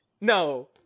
No